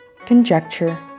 conjecture